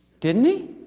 didn't he.